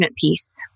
piece